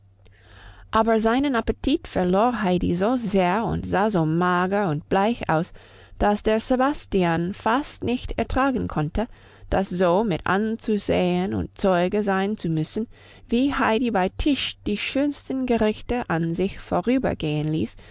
aber seinen appetit verlor heidi so sehr und sah so mager und bleich aus dass der sebastian fast nicht ertragen konnte das so mit anzusehen und zeuge sein zu müssen wie heidi bei tisch die schönsten gerichte an sich vorübergehen ließ